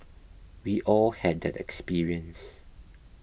we all had that experience